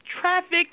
trafficked